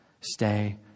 Stay